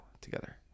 together